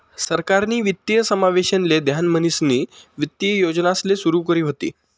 सरकारनी वित्तीय समावेशन ले ध्यान म्हणीसनी वित्तीय योजनासले सुरू करी व्हती